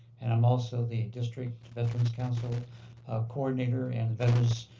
and i'm also the district veteran council sort of coordinator and veteran